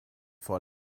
vor